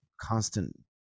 constant